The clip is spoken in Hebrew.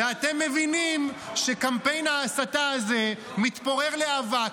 ואתם מבינים שקמפיין ההסתה הזה מתפורר לאבק,